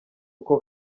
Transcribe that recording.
uko